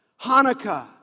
Hanukkah